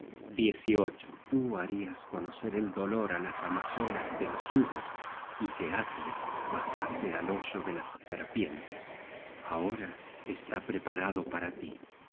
cadaver tú barias conocer el dolor á las amazonas de los hunos y que atle bajase al hoyo de las serpientes ahora está preparado para tí